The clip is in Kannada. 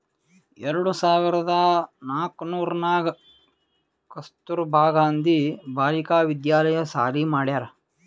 ಎರಡು ಸಾವಿರ್ದ ನಾಕೂರ್ನಾಗ್ ಕಸ್ತೂರ್ಬಾ ಗಾಂಧಿ ಬಾಲಿಕಾ ವಿದ್ಯಾಲಯ ಸಾಲಿ ಮಾಡ್ಯಾರ್